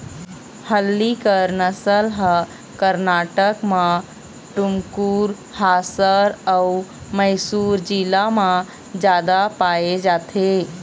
हल्लीकर नसल ह करनाटक म टुमकुर, हासर अउ मइसुर जिला म जादा पाए जाथे